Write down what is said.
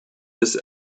this